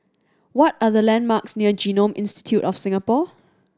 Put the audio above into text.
what are the landmarks near Genome Institute of Singapore